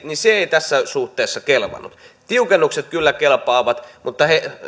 niin se ei tässä suhteessa kelvannut tiukennukset kyllä kelpaavat mutta